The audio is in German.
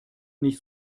nicht